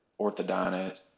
orthodontist